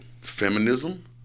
Feminism